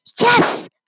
Yes